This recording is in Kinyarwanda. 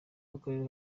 w’akarere